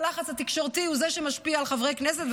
הלחץ התקשורתי הוא זה שמשפיע על חברי הכנסת,